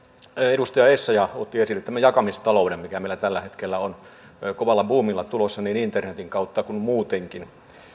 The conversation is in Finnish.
edustaja essayah otti esille tämän jakamistalouden mikä meillä tällä hetkellä on kovalla buumilla tulossa niin internetin kautta kuin muutenkin